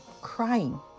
crying